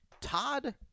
Todd